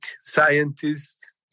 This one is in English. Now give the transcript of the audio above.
scientists